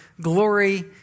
glory